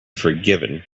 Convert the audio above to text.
forgiven